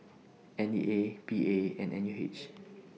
N E A P A and N U H